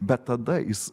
bet tada jis